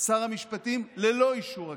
שר המשפטים אך ללא אישור הכנסת.